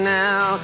now